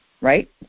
right